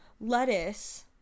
Lettuce